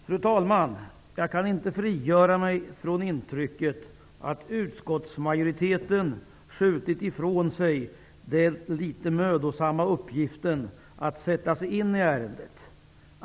Fru talman! Jag kan inte frigöra mig från intrycket att utskottsmajoriteten skjutit ifrån sig den litet mödosamma uppgiften att sätta sig in i ärendet.